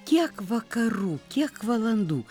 kiek vakarų kiek valandų